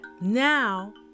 now